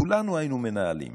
כולנו היינו מנהלים,